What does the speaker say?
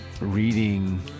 reading